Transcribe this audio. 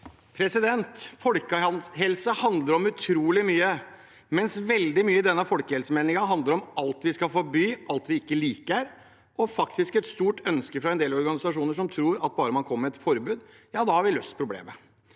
Folkehelse handler om utrolig mye, mens veldig mye i denne folkehelsemeldingen handler om alt man skal forby, og alt man ikke liker, og et stort ønske fra en del organisasjoner som tror at bare man kommer med et forbud, har man løst problemet.